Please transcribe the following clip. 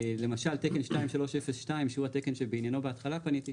למשל תקן 2302 שהוא התקן שבעניינו בהתחלה פניתי,